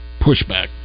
pushback